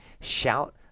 Shout